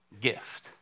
gift